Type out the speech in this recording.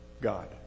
God